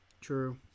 True